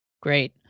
Great